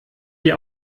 die